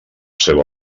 seu